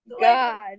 god